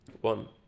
One